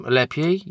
lepiej